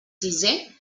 sisé